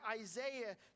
Isaiah